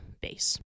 base